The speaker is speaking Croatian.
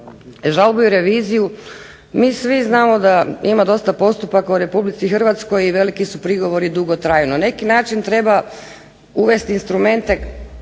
žalbu i reviziju mi svi znamo da ima dosta postupaka u Republici Hrvatskoj i veliki su prigovori dugotrajno. Na neki način treba uvesti instrumente